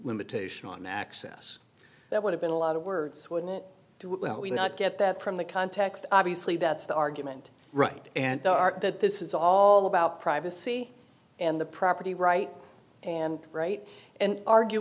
limitation on access that would have been a lot of words do we not get that from the context obviously that's the argument right and art that this is all about privacy and the property right and right and argu